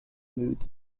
mood